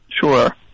Sure